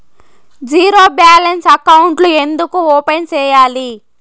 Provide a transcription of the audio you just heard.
zero balance అకౌంట్లు ఎందుకు open సేయాలి